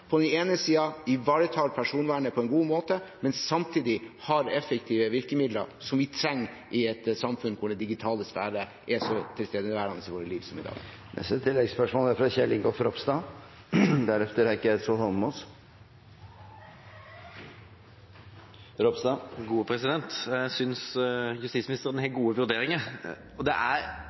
på den ene siden at vi ivaretar personvernet på en god måte, men at vi samtidig har effektive virkemidler som vi trenger i et samfunn der den digitale sfære er så tilstedeværende i vårt liv som i dag. Kjell Ingolf Ropstad – til oppfølgingsspørsmål. Jeg synes justisministeren har gode vurderinger. Det er